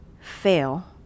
fail